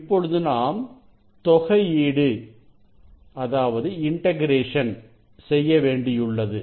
இப்பொழுது நாம் தொகையீடு செய்யவேண்டியுள்ளது